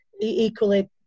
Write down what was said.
equally